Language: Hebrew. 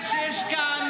נכון,